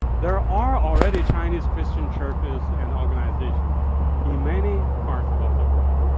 there are already chinese christian churches and organizations in many parts of the world.